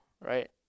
right